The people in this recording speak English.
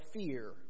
fear